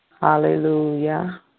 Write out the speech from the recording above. Hallelujah